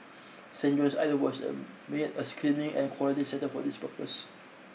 Saint John's Island was made a screening and quarantine centre for this purpose